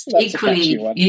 equally